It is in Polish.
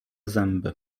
zęby